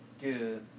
Good